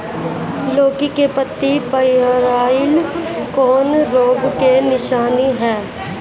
लौकी के पत्ति पियराईल कौन रोग के निशानि ह?